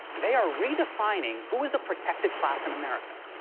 they are redefining who is a protected class in america.